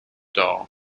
doll